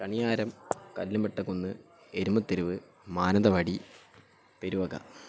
Kaniyaram Kallumattakkunnu Erumatheruvu Mananthavady Peruvaka